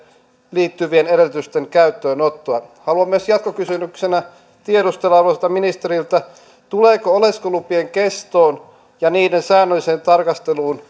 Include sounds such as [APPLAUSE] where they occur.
liittyvien edellytysten käyttöönottoa haluan jatkokysymyksenä myös tiedustella arvoisalta ministeriltä tuleeko oleskelulupien kestoon ja niiden säännölliseen tarkasteluun [UNINTELLIGIBLE]